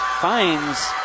finds